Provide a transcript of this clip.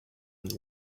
and